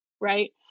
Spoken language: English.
right